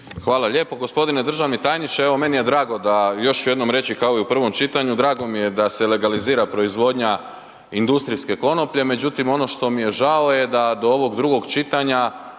Hvala lijepo. Gospodine državni tajniče, evo meni je drago, da još ću jednom reći, kao i u pravom čitanju, drago mi je da se legalizira proizvodnja industrijske konoplje, međutim, ono što mi je žao da do ovog drugog čitanja,